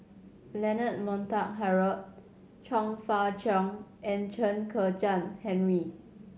Leonard Montague Harrod Chong Fah Cheong and Chen Kezhan Henri